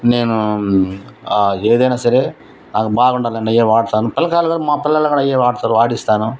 నేను ఏదైనా సరే నాకు బాగుండాలని అవే వాడతాను పిల్లకాయలు కూడా మా పిల్లలు కూడా అవే వాడతారు వాడిస్తాను